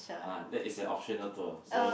ah that is the optional tour so